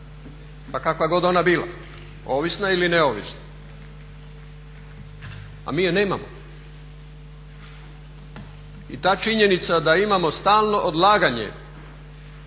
pa kakva god ona bila, ovisna ili neovisna. A mi je nemamo. I ta činjenica da imamo stalno odlaganje